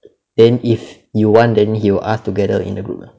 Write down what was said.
then if you want then he will ask together in the group lah